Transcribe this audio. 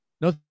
no